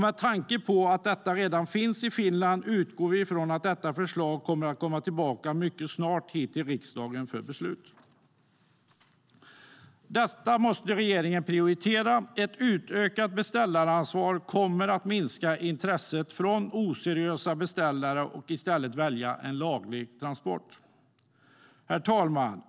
Med tanke på att detta redan finns i Finland utgår vi från att förslaget kommer tillbaka mycket snart till riksdagen för beslut. Detta måste regeringen prioritera. Ett utökat beställaransvar kommer att minska intresset från oseriösa beställare och i stället öka intresset att välja en laglig transport. Herr talman!